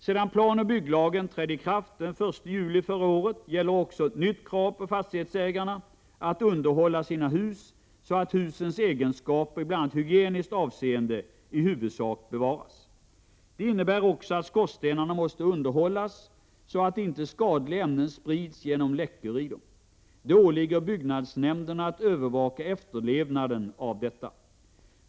Sedan planoch bygglagen trädde i kraft den 1 juli förra året gäller också ett nytt krav på fastighetsägarna att underhålla sina hus så att husens egenskaper i bl.a. hygieniskt avseende i huvudsak bevaras. Det innebär också att skorstenarna måste underhållas så att inte skadliga ämnen sprids genom läckor i dem. Det åligger byggnadsnämnderna att övervaka efterlevnaden av detta.